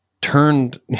turned